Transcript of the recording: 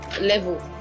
level